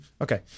Okay